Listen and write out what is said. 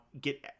get